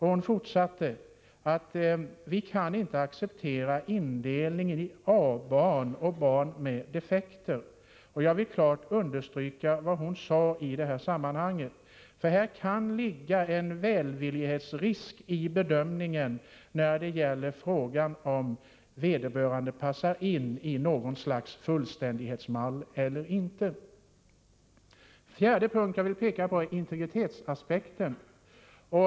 Hon fortsatte: ”Man får aldrig acceptera att barn indelas i A-barn och barn med defekter.” Jag vill verkligen understryka vad hon sade i detta sammanhang, för här kan ligga en välvillighetsrisk i bedömningen av om vederbörande passar in i något slags fullständighetsmall eller inte. Den fjärde punkt jag vill peka på gäller integritetsaspekten.